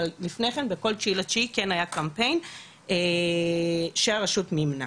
אבל לפני כן בכל 09.09 היה קמפיין שהרשות מימנה.